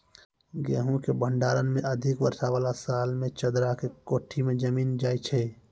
गेहूँ के भंडारण मे अधिक वर्षा वाला साल मे चदरा के कोठी मे जमीन जाय छैय?